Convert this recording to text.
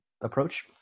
approach